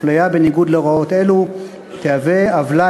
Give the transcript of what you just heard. אפליה בניגוד להוראות אלו תהווה עוולה